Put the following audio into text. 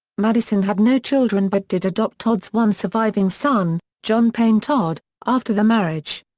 madison had no children but did adopt todd's one surviving son, john payne todd, after the marriage.